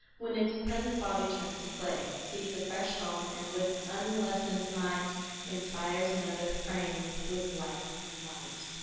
when its present body turns to clay, seeks a fresh home, and with unlessened might inspires another frame with life and light.